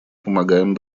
помогаем